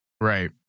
Right